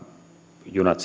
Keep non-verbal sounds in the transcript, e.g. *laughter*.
junat *unintelligible*